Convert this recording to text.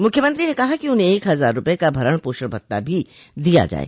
मुख्यमंत्री ने कहा कि उन्हें एक हजार रूपये का भरण पोषण भत्ता भी दिया जाये